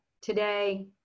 today